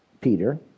Peter